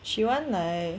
she want like